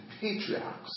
patriarchs